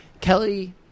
Kelly